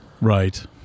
right